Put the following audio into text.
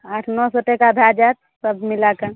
आठ नओ सए टका भऽ जायत सब मिलाकऽ